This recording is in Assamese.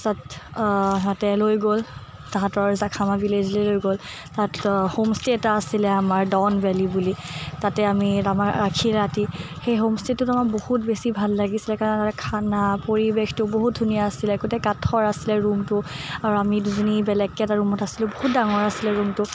তাত সিহঁতে লৈ গ'ল তাহাঁতৰ জাখামা ভিলেইজলৈ লৈ গ'ল তাত হোম ষ্টেই এটা আছিলে আমাৰ দ'ন ভেলী বুলি তাতেই আমি ৰাতি সেই হোম ষ্টেইটোত বহুত বেছি ভাল লাগিছিলে কাৰণ তাতে খানা পৰিৱেশতো বহুত ধুনীয়া আছিলে গোটেই কাঠৰ আছিলে ৰুমটো আৰু আমি দুজনী বেলেগকৈ এটা ৰুমত আছিলোঁ বহুত ডাঙৰ আছিলে ৰুমটো